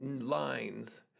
lines